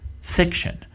fiction